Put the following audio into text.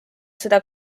seda